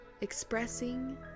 expressing